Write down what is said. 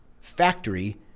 factory